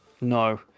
no